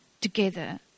together